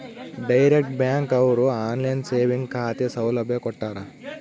direct bank ಅವ್ರು online saving ಖಾತೆ ಸೌಲಭ್ಯ ಕೊಟ್ಟಾರ